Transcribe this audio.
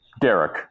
Derek